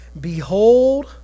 Behold